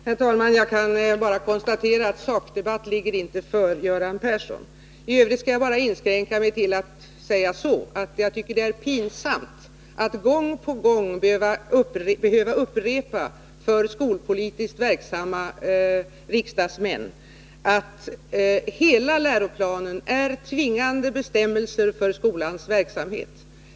Herr talman! Jag kan bara konstatera att sakdebatt inte ligger för Göran Persson. I övrigt vill jag inskränka mig till att säga att jag tycker att det är pinsamt att för skolpolitiskt verksamma riksdagsmän gång på gång behöva upprepa att hela läroplanen utgör tvingande bestämmelser för skolans verksamhet.